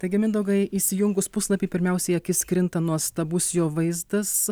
taigi mindaugai įsijungus puslapį pirmiausia į akis krinta nuostabus jo vaizdas